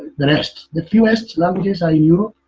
the rest. the fewest languages are europe.